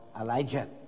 Elijah